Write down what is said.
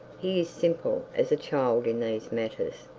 he simple as a child in these matters.